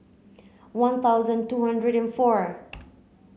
one thousand two hundred and four